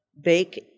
Bake